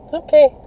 okay